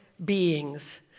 Beings